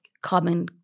Common